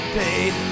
paid